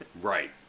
Right